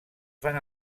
fan